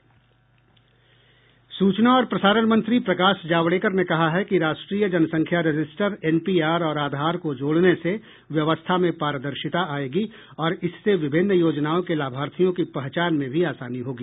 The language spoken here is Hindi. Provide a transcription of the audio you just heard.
सूचना और प्रसारण मंत्री प्रकाश जावड़ेकर ने कहा है कि राष्ट्रीय जनसंख्या रजिस्टर एनपीआर और आधार को जोड़ने से व्यवस्था में पारदर्शिता आयेगी और इससे विभिन्न योजनाओं के लाभार्थियों की पहचान में भी आसानी होगी